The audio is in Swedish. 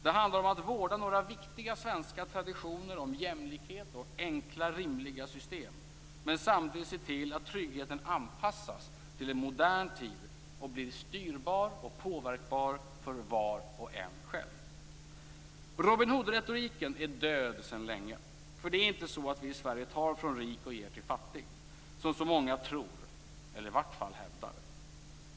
Det handlar om att vårda några viktiga svenska traditioner om jämlikhet och enkla rimliga system, men samtidigt se till att tryggheten anpassas till en modern tid och blir styrbar och påverkbar för var och en själv. Robin Hood-retoriken är död sedan länge. Det är inte så att vi i Sverige tar från rik och ger till fattig, så som många tror eller i varje fall hävdar.